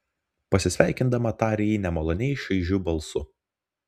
pasisveikindama tarė ji nemaloniai šaižiu balsu